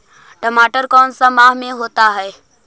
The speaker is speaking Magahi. टमाटर कौन सा माह में होता है?